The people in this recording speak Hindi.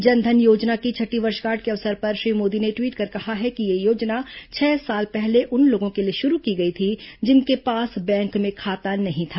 जन धन योजना की छठी वर्षगांठ के अवसर पर श्री मोदी ने ट्वीट कर कहा है कि यह योजना छह साल पहले उन लोगों के लिए शुरू की गई थी जिनके पास बैंक में खाता नहीं था